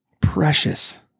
Precious